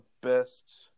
best